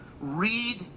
read